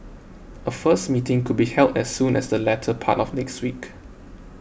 a first meeting could be held as soon as the latter part of next week